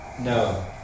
No